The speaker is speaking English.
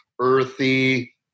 earthy